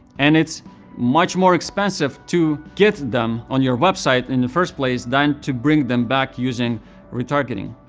and it's much more expensive to get them on your website, in the first place, than to bring them back using retargeting.